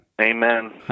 Amen